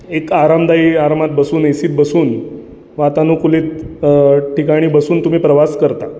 एक आरामदायी आरामात बसून ए सीत बसून वातानुकूलित ठिकाणी बसून तुम्ही प्रवास करता